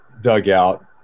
dugout